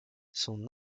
son